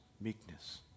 meekness